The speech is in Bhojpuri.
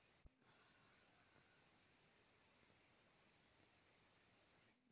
चरस क खेती हिमाचल में बहुते जादा कइल जाला